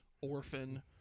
Orphan